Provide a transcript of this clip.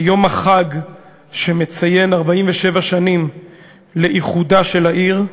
ביום החג שמציין 47 שנים לאיחודה של העיר ירושלים,